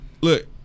look